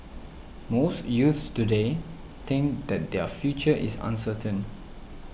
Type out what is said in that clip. most youths today think that their future is uncertain